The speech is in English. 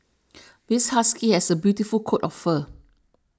this husky has a beautiful coat of fur